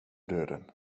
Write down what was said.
döden